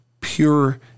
pure